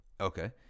Okay